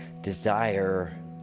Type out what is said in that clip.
desire